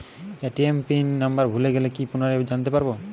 ATM pin number ভুলে গেলে কি ভাবে পুনরায় জানতে পারবো?